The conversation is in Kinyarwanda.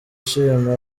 ashima